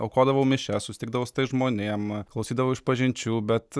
aukodavau mišias susitikdavau su tais žmonėm klausydavau išpažinčių bet